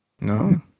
No